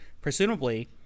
Presumably